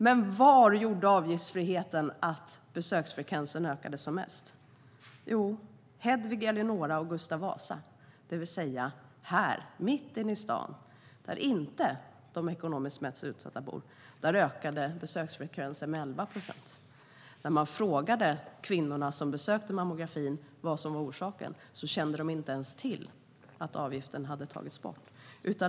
Men var gjorde avgiftsfriheten att besöksfrekvensen ökade som mest? Jo, i Hedvig Eleonora och Gustav Vasa, det vill säga här, mitt inne i stan, där inte de ekonomiskt mest utsatta bor. Här ökade besöksfrekvensen med 11 procent. När man frågade kvinnorna som besökte mammografin vad som var orsaken kände de inte ens till att avgiften hade tagits bort.